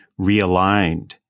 realigned